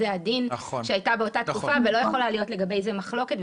זה הדין שהיה באותה תקופה ולא יכולה להיות לגבי זה מחלוקת.